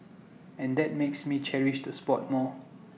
and that makes me cherish the spot more